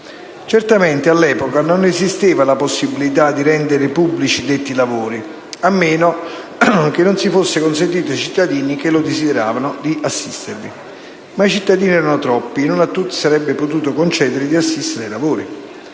Certamente, all'epoca non esisteva la possibilità di rendere pubblici tali lavori, a meno che non si fosse consentito ai cittadini che lo desideravano di assistervi. Ma i cittadini erano troppi e non a tutti si sarebbe potuto concedere di farlo.